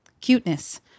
cuteness